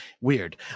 weird